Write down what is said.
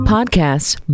Podcasts